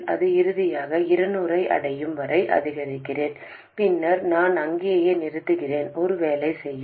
நான் இறுதியாக அதை 200 ஐ அடையும் வரை அதிகரிக்கிறேன் பின்னர் நான் அங்கேயே நிறுத்துகிறேன் அது வேலை செய்யும்